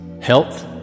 Health